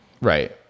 right